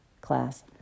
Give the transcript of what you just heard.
class